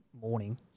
morning